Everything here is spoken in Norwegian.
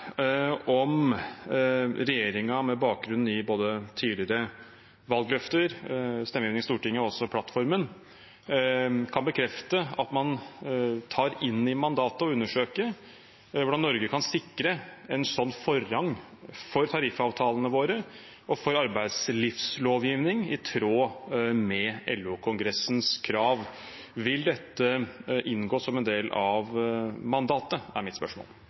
om regjeringen, med bakgrunn i både tidligere valgløfter, stemmegivning i Stortinget og også plattformen, kan bekrefte at man tar inn i mandatet å undersøke hvordan Norge kan sikre en sånn forrang for tariffavtalene våre og for arbeidslivslovgivning, i tråd med LO-kongressens krav. Vil dette inngå som en del av mandatet? Det er mitt spørsmål.